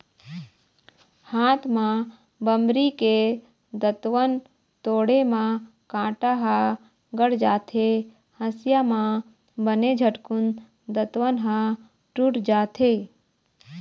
हाथ म बमरी के दतवन तोड़े म कांटा ह गड़ जाथे, हँसिया म बने झटकून दतवन ह टूट जाथे